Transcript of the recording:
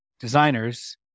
Designers